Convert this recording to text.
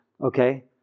Okay